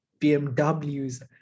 BMWs